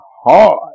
hard